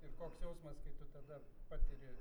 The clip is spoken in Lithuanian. ir koks jausmas kai tu tada patiri